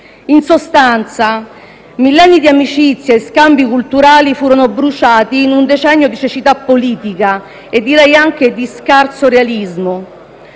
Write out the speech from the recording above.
In sostanza, millenni di amicizia e di scambi culturali furono bruciati in un decennio di cecità politica e direi anche di scarso realismo.